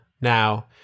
Now